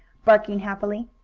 barking happily,